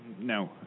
No